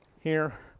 here,